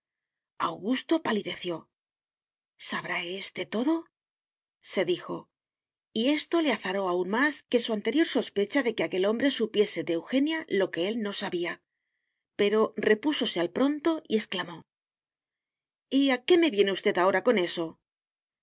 augusto palideció sabrá éste todo se dijo y esto le azaró aún más que su anterior sospecha de que aquel hombre supiese de eugenia lo que él no sabía pero repúsose al pronto y exclamó y a qué me viene usted ahora con eso